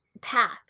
path